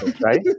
right